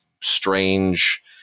strange